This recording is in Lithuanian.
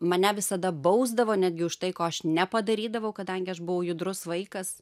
mane visada bausdavo netgi už tai ko aš nepadarydavau kadangi aš buvau judrus vaikas